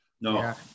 No